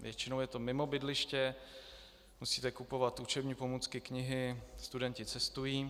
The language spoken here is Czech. Většinou je to mimo bydliště, musíte kupovat učební pomůcky, knihy, studenti cestují.